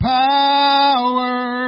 power